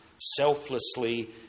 selflessly